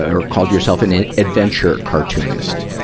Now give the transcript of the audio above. or called yourself and an adventure cartoonist.